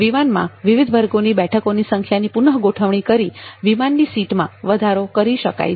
વિમાનમાં વિવિધ વર્ગોની બેઠકોની સંખ્યા ની પુનઃ ગોઠવણી કરીને વિમા ની સીટ માં વધારો કરી શકાય છે